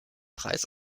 preis